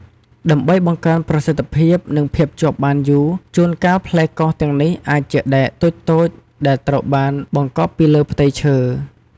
ដើម្បីបង្កើនប្រសិទ្ធភាព និងភាពជាប់បានយូរ ជួនកាលផ្លែកោសទាំងនេះអាចជាដែកតូចៗដែលត្រូវបានបង្កប់ពីលើផ្ទៃឈើ។